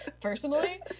personally